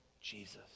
Jesus